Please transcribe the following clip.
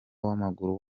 w’amaguru